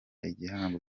igihango